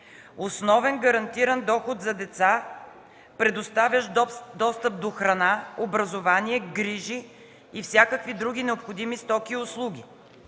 основен гарантиран доход за деца, предоставящ достъп до храна, образование, грижи и всякакви други необходими стоки и услуги;